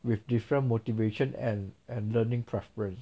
with different motivation and and learning preference